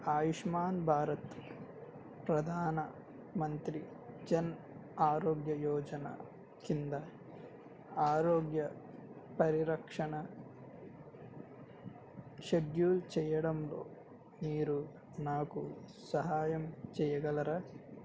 ఆయుష్మాన్ భారత్ ప్రధాన మంత్రి జన్ ఆరోగ్య యోజన కింద ఆరోగ్య పరిరక్షణ షెడ్యూల్ చేయడంలో మీరు నాకు సహాయం చేయగలరా